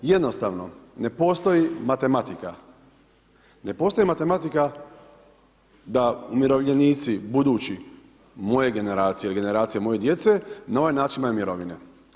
Jednostavno, ne postoji matematika, ne postoji matematika da umirovljenici budući, moje generacije ili generacije moje djece na ovaj način imaju mirovine.